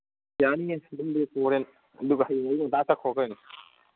ꯌꯥꯅꯤꯍꯦ ꯑꯗꯨꯝ ꯂꯦꯛꯎ ꯍꯣꯔꯦꯟ ꯑꯗꯨꯒ ꯍꯌꯦꯡ ꯑꯌꯨꯛ ꯉꯟꯇꯥ ꯆꯠꯈꯣ ꯀꯩꯅꯣ